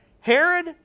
Herod